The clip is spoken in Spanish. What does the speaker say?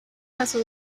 pasó